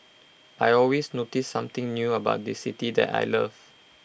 I always notice something new about this city that I love